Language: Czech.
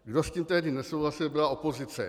Kdo s tím tehdy nesouhlasil, byla opozice.